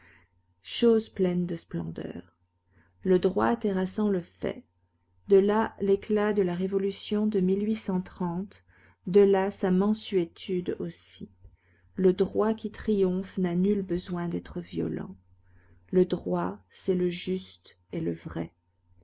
chose pleine de splendeur le droit terrassant le fait de là l'éclat de la révolution de de là sa mansuétude aussi le droit qui triomphe n'a nul besoin d'être violent le droit c'est le juste et le vrai